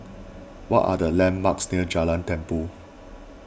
what are the landmarks near Jalan Tumpu